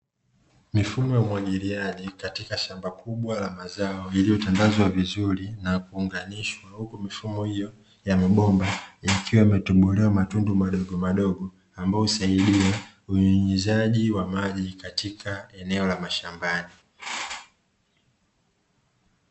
Mifumo ya umwagiliaji katika shamba kubwa la mazao lililotandazwa vizuri na kuunganishwa, huku mifumo hiyo ya mabomba yakiwa yametobolewa matundu madogo madogo, ambayo husaidia unyunyuzaji wa maji katika eneo la mashambani.